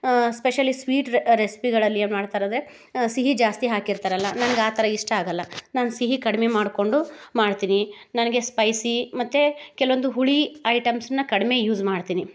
specially sweet ರೆಸ್ಪಿಗಳಲ್ಲಿ ಏನು ಮಾಡ್ತಾರಂದರೆ ಸಿಹಿ ಜಾಸ್ತಿ ಹಾಕಿರ್ತಾರಲ ನನ್ಗೆ ಆ ಥರ ಇಷ್ಟ ಆಗಲ್ಲ ನಾನು ಸಿಹಿ ಕಡಿಮೆ ಮಾಡಿಕೊಂಡು ಮಾಡ್ತೀನಿ ನನಗೆ ಸ್ಪೈಸಿ ಮತ್ತು ಕೆಲವೊಂದು ಹುಳಿ ಐಟಮ್ಸ್ನ ಕಡಿಮೆ ಯೂಸ್ ಮಾಡ್ತೀನಿ